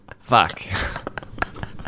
Fuck